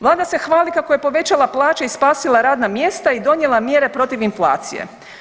Vlada se hvali kako je povećala plaće i spasila radna mjesta i donijela mjere protiv inflacije.